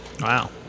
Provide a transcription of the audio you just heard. Wow